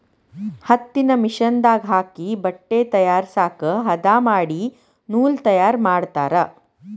ಹತ್ತಿನ ಮಿಷನ್ ದಾಗ ಹಾಕಿ ಬಟ್ಟೆ ತಯಾರಸಾಕ ಹದಾ ಮಾಡಿ ನೂಲ ತಯಾರ ಮಾಡ್ತಾರ